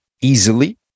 easily